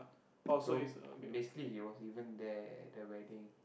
so basically he was even there at the wedding